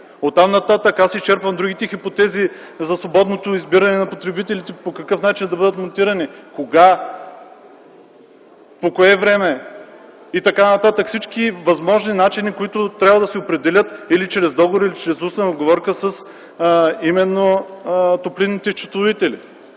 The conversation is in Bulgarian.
Оттам-нататък аз изчерпвам другите хипотези за свободното избиране на потребителите по какъв начин да бъдат монтирани, кога, по кое време и т.н. Всички възможни начини, които трябва да се определят или чрез договор, или чрез устна уговорка с именно топлинните счетоводители.